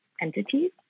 entities